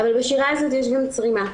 אבל בשירה הזאת יש גם צרימה.